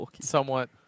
somewhat